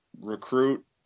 recruit –